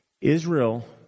Israel